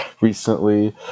recently